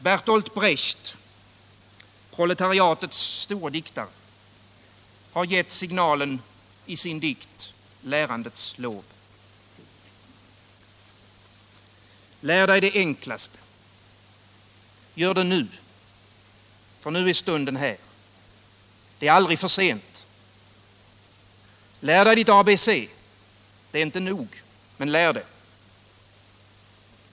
Berthold Brecht, proletariatets store diktare, har gett signalen i sin dikt Lärandets lov: Lär dig det enklaste! Gör det nu, ty nu är stunden här det är aldrig för sent! Lär dig ditt ABC, det är inte nog men lär det!